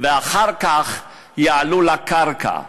ואחר כך יעלו לקרקע.